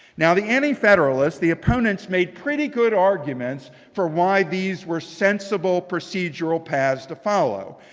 now the antifederalists, the opponents, made pretty good arguments for why these were sensible procedural paths to follow.